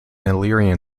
illyrian